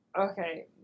Okay